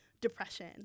depression